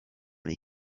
les